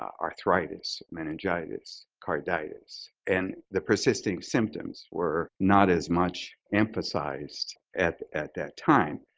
arthritis, meningitis, carditis, and the persisting symptoms were not as much emphasized at at that time.